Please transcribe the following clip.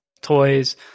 toys